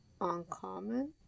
uncommon